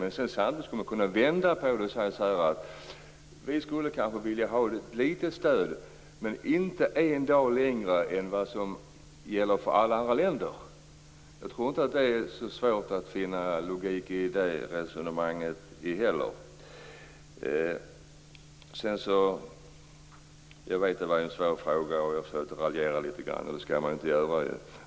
Men samtidigt skulle man kunna vända på det och säga så här: Vi skulle kanske vilja ha litet stöd, men inte en dag längre än vad som gäller för alla andra länder. Jag tror inte att det är så svårt att finna logik i det resonemanget heller. Jag vet att det var en svår fråga, och jag försökte att raljera litet grand. Det skall man inte göra.